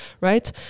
right